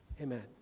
amen